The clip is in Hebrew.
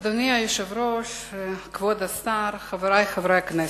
אדוני היושב-ראש, כבוד השר, חברי חברי הכנסת,